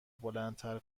بلندتر